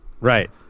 Right